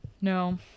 No